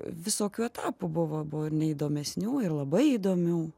visokių etapų buvo buvo ir neįdomesnių ir labai įdomių